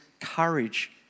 courage